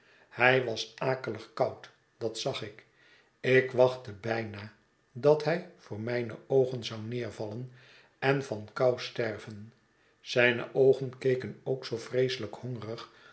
hij was akelig koud dat zag ik ik verwachtte bijna dat hij voor mijne oogen zou neervallen en van kou sterven zijne oogen keken ook zoo vreeselijk hongerig